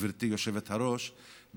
גברתי היושבת-ראש,